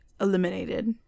eliminated